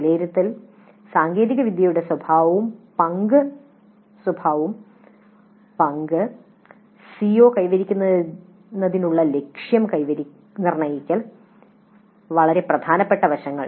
വിലയിരുത്തലിൽ സാങ്കേതികവിദ്യയുടെ സ്വഭാവവും പങ്കും സിഒ കൈവരിക്കുന്നതിനുള്ള ലക്ഷ്യം നിർണ്ണയിക്കൽ ഇവയാണ് വളരെ പ്രധാനപ്പെട്ട വശങ്ങൾ